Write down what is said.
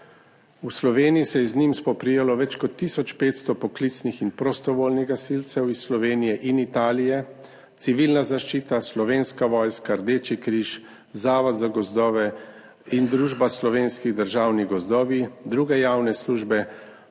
V Sloveniji se je z njim spoprijelo več kot tisoč 500 poklicnih in prostovoljnih gasilcev iz Slovenije in Italije, Civilna zaščita, Slovenska vojska, Rdeči križ, Zavod za gozdove in družba Slovenski državni gozdovi, druge javne službe